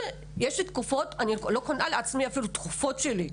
יש תקופות שבהן אני לא קונה לעצמי אפילו תרופות שלי.